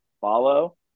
follow